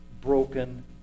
broken